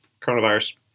coronavirus